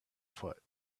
foot